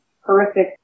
horrific